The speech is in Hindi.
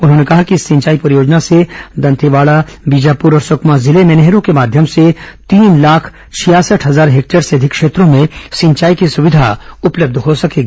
उन्होंने कहा कि इस सिंचाई परियोजना से दंतेवाड़ा बीजापुर और सुकमा जिले में नहरों के माध्यम से तीन लाख छियासठ हजार हेक्टेयर से अधिक क्षेत्रों में सिंचाई सुविधा उपलब्ध होगी